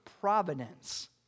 providence